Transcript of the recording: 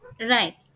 Right